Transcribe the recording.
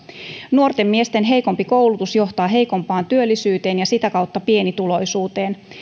nuorten miesten heikompi koulutus johtaa heikompaan työllisyyteen ja sitä kautta pienituloisuuteen